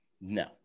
no